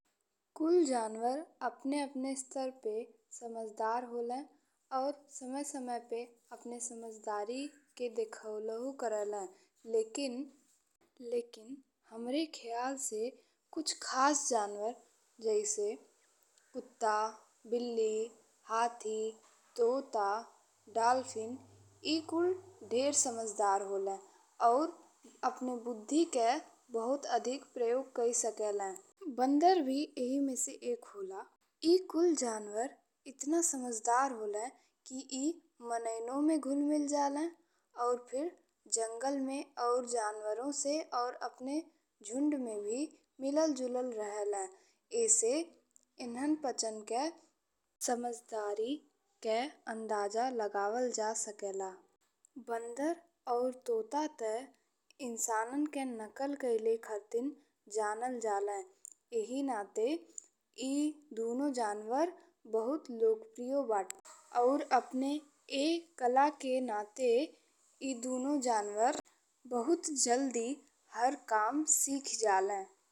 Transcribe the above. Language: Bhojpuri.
कुल जानवरन अपने-अपने स्तर पे समझदार होले और समय-समय पे अपने समझदारी के देखा लहुँ करेले। लेकिन-लेकिन हमरा खयाल से कुछ खास जनवर जइसे कुत्ता, बिल्ली, हाथी, तोता, डॉल्फिन ए कुल ढेर समझदार होले और अपने बुद्धि के बहुत अधिक प्रयोग कइ सकेले। बंदर भी एह में से एक होला। ए कुल जनवर अइतना समझदार होले कि ए मानइनों में घुल मिली जाले और फिर जंगल में और जनवरों से और अपने झुंड में भी मिलल जुलल रहलें। एसे इहन पचान के समझदारी के अंदाजा लगावल जा सकेला। बंदर और तोता त इंसानन के नकल कइले खातिर जानल जाले। एही नाते ए दुनों जनवर बहुत लोकप्रिय बाटे और अपने एह कला के नाते ए दुनों जनवर बहुत जल्दी हर काम सिख जाले।